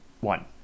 One